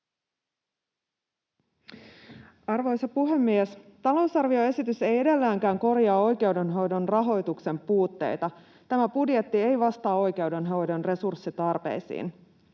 Arvoisa puhemies! Talousarvioesitys ei edelleenkään korjaa oikeudenhoidon rahoituksen puutteita. Tämä budjetti ei vastaa oikeudenhoidon resurssitarpeisiin,